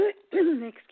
Excuse